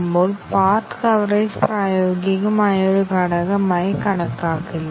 ഇപ്പോൾ സെലെക്ഷൻ ഇവിടെ കഠിനമല്ല